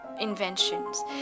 inventions